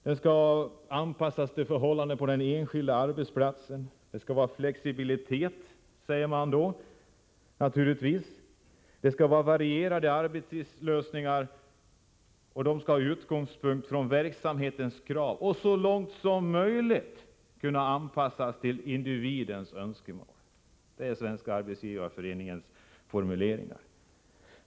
Den skall anpassas till förhållandena på den enskilda arbetsplatsen. Det skall vara flexibilitet, säger man naturligtvis. Det skall vara varierade arbetstidslösningar med utgångspunkt i verksamhetens krav, och de skall så långt som möjligt kunna anpassas till individens önskemål. Det är Svenska arbetsgivareföreningens formuleringar.